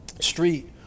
street